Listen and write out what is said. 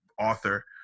author